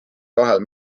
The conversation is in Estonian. kahel